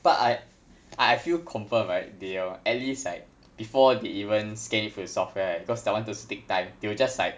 but I I feel confirm right they'll at least like before they even scan it through the software right because they want to speed time they will just like